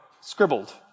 scribbled